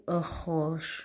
arroz